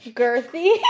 girthy